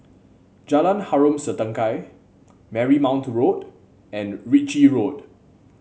Jalan Harom Setangkai Marymount Road and Ritchie Road